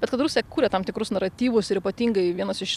bet kad rusija kuria tam tikrus naratyvus ir ypatingai vienas iš